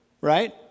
right